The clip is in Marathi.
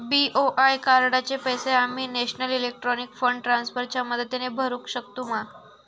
बी.ओ.आय कार्डाचे पैसे आम्ही नेशनल इलेक्ट्रॉनिक फंड ट्रान्स्फर च्या मदतीने भरुक शकतू मा?